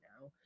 now